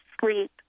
sleep